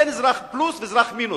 אין אזרח פלוס ואזרח מינוס.